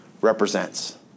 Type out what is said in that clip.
represents